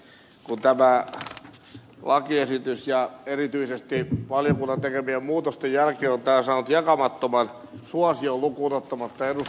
tämä lakiesitys ja erityisesti valiokunnan tekemien muutosten jälki on täällä saanut jakamattoman suosion lukuun ottamatta ed